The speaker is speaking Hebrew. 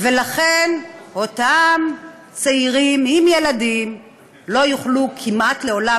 ולכן אותם צעירים עם ילדים לא יוכלו כמעט לעולם,